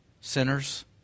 sinners